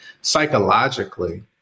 psychologically